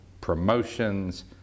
promotions